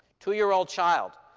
two year old child.